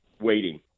waiting